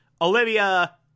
Olivia